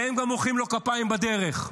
והם גם מוחאים לו כפיים בדרך.